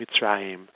Mitzrayim